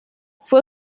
fue